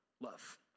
love